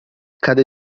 cade